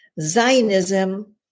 Zionism